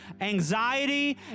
anxiety